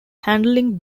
handling